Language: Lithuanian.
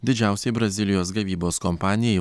didžiausiai brazilijos gavybos kompanijai